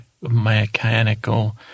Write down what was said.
mechanical